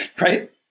right